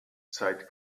seit